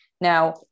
Now